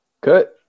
Good